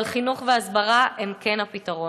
אבל חינוך והסברה הם כן הפתרון.